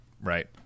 right